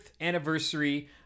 anniversary